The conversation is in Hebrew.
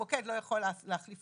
המוקד לא יכול להחליפו,